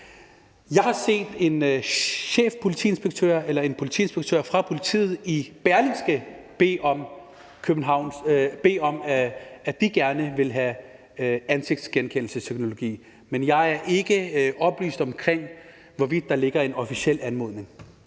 Jeg har set, at en chefpolitiinspektør fra Københavns Politi siger i Berlingske, at de gerne vil have ansigtsgenkendelsesteknologi, men jeg er ikke oplyst om, hvorvidt der ligger en officiel anmodning.